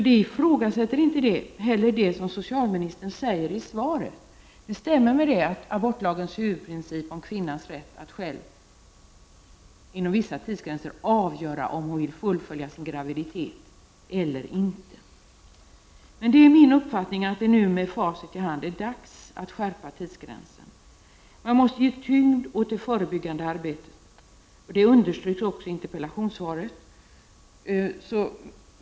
Detta ifrågasätts inte heller i socialministerns svar, utan det stämmer med abortlagens huvudprincip om kvinnans rätt att själv inom vissa tidsgränser avgöra om hon vill fullfölja sin graviditet eller inte. Det är min uppfattning, med facit i hand, att det nu är dags att skärpa tidsgränserna. Man måste ge tyngd åt det förebyggande arbetet, som också understryks i interpellationssvaret.